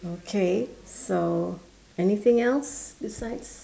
okay so anything else besides